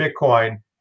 Bitcoin